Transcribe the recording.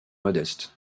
modestes